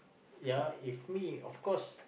yeah if me of course